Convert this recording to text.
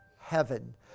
heaven